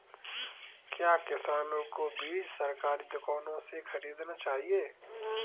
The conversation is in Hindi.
क्या किसानों को बीज सरकारी दुकानों से खरीदना चाहिए?